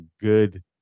good